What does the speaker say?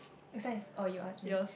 next one is oh you ask me